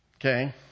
Okay